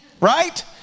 right